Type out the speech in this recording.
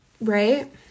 right